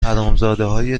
حرامزادههای